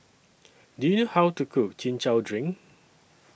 Do YOU know How to Cook Chin Chow Drink